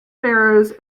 pharaohs